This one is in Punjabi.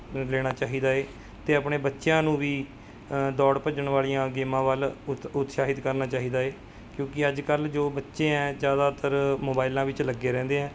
ਲੈਣਾ ਚਾਹੀਦਾ ਹੈ ਅਤੇ ਆਪਣੇ ਬੱਚਿਆਂ ਨੂੰ ਵੀ ਦੌੜ ਭੱਜਣ ਵਾਲੀਆਂ ਗੇਮਾਂ ਵੱਲ ਉਤ ਉਤਸ਼ਾਹਿਤ ਕਰਨਾ ਚਾਹੀਦਾ ਹੈ ਕਿਉਂਕਿ ਅੱਜ ਕੱਲ੍ਹ ਜੋ ਬੱਚੇ ਹੈ ਜ਼ਿਆਦਾਤਰ ਮੋਬਾਈਲਾਂ ਵਿੱਚ ਲੱਗੇ ਰਹਿੰਦੇ ਹੈ